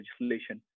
legislation